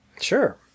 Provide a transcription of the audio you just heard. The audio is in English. Sure